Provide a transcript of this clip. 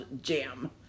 jam